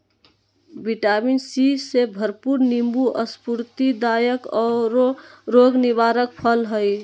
vitamin C से भरपूर नीबू स्फूर्तिदायक औरो रोग निवारक फल हइ